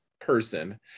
person